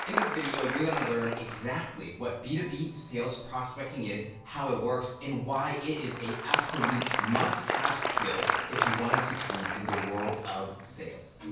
in this video, you're gonna learn exactly what b two b sales prospecting is, how it works and why it is a absolute must have skill, if you wanna succeed in the world of sales.